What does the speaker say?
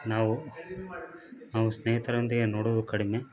ನಾವು ನಾವು ಸ್ನೇಹಿತರೊಂದಿಗೆ ನೋಡುವುದು ಕಡಿಮೆ